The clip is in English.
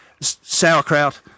Sauerkraut